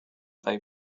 they